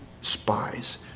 spies